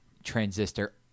Transistor